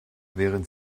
während